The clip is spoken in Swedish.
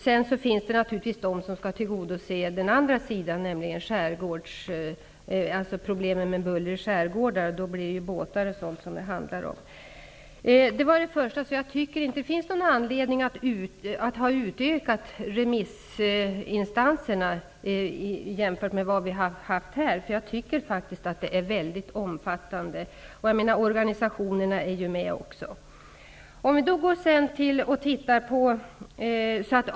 Det finns också instanser som skall belysa problemen med buller i skärgården. Då är det ju bl.a. båtar det handlar om. Jag tycker därför inte att det finns någon anledning att utöka antalet remissinstanser. Jag tycker faktiskt att det är en väldigt omfattande remiss. Organisationerna är ju med också.